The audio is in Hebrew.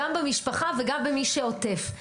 גם במשפחה וגם במי שעוטף.